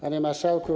Panie Marszałku!